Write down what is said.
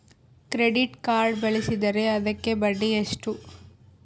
Credit card ಬಳಸಿದ್ರೇ ಅದಕ್ಕ ಬಡ್ಡಿ ಎಷ್ಟು?